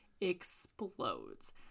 explodes